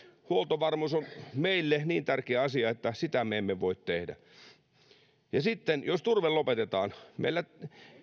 huoltovarmuus on meille niin tärkeä asia että sitä me emme voi tehdä sitten jos turve lopetetaan meillä